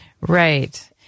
Right